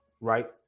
right